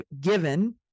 given